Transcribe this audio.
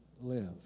live